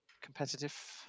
competitive